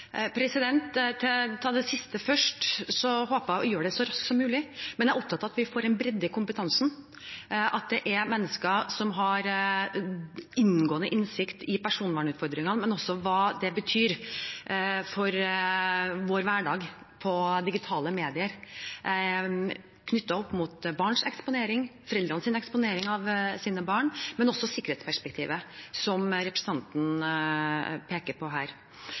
Til det siste først: Jeg håper å gjøre det så raskt som mulig, men jeg er opptatt av at vi får en bredde i kompetansen, at det er mennesker som har inngående innsikt i personvernutfordringer, men også i hva det betyr for vår hverdag på digitale medier, knyttet opp mot barns eksponering, foreldrenes eksponering av sine barn og sikkerhetsperspektivet, som representanten peker på her.